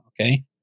Okay